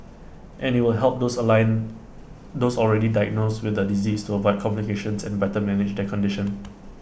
and IT will help those already diagnosed with the disease to avoid complications and better manage their condition